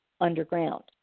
underground